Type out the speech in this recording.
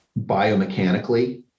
biomechanically